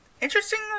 interesting